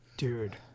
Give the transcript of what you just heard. Dude